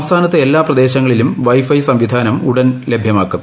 സംസ്ഥാനത്ത് എല്ലാ പ്രദേശങ്ങളിലും വൈഫൈ സംവിധാനം ഉടൻ ലഭ്യമാക്കും